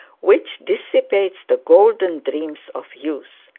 which dissipates the golden dreams of youth.